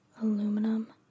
aluminum